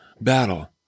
battle